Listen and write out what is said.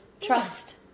trust